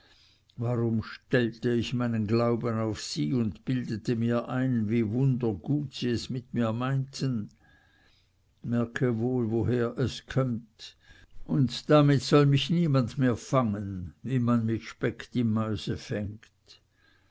warum stellte ich meinen glauben auf sie und bildete mir ein wie wunder gut sie es mit mir meinten merke wohl woher es kömmt und damit soll mich niemand mehr fangen wie man mit speck die mäuse fängt